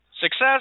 success